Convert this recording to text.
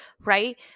Right